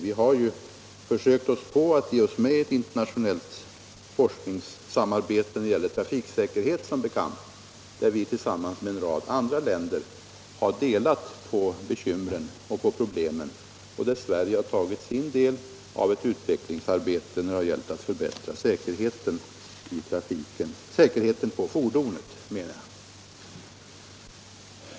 Vi har som bekant gett oss in i ett internationellt forskningssamarbete om trafiksäkerhet, där vi tillsammans med en rad andra länder har delat på bekymren och problemen och där Sverige tagit sin del av utveck lingsarbetet för att förbättra säkerheten på fordonen.